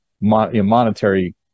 monetary